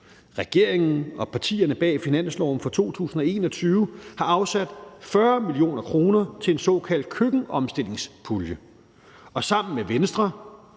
Regeringen og partierne bag finansloven for 2021 har afsat 40 mio. kr. til en såkaldt køkkenomstillingspulje. Og sammen med Venstre,